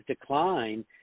decline